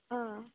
অঁ